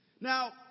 Now